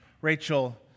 Rachel